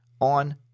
on